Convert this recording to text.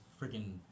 freaking